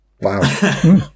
Wow